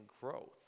growth